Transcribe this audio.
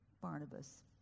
Barnabas